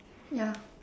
ya